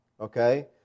Okay